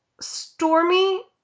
Stormy